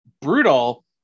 brutal